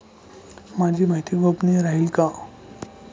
माझी माहिती गोपनीय राहील का?